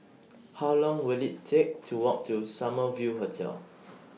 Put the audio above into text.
How Long Will IT Take to Walk to Summer View Hotel